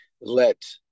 let